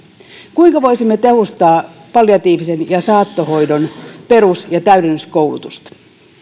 kuinka voisimme tehostaa palliatiivisen ja saattohoidon perus ja täydennyskoulutusta